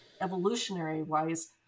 evolutionary-wise